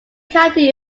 county